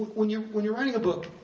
when you're when you're writing a book,